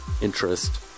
interest